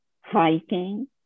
hiking